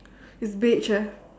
it's beige eh